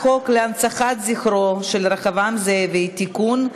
חוק להנצחת זכרו של רחבעם זאבי (תיקון,